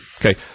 Okay